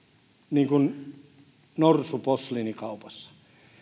niin kuin norsu posliinikaupassa